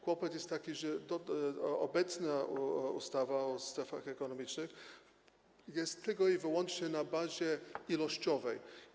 Kłopot jest taki, że obecna ustawa o strefach ekonomicznych jest tylko i wyłącznie na bazie ilościowej.